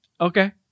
okay